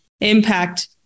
impact